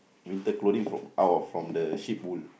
winter clothing fro~ out of from the sheep wool